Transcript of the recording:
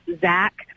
Zach